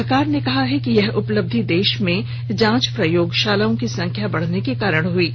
सरकार ने कहा है कि यह उपलब्धि देश में जांच प्रयोगशालाओं की संख्या बढ़ने के कारण हुई है